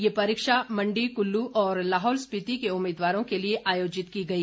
ये परीक्षा मण्डी कुल्लू और लाहौल स्पिति के उम्मीदवारों के लिए आयोजित की गई